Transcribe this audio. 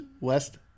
West